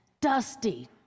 Dusty